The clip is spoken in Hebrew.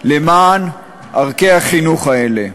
למען ערכי החינוך האלה.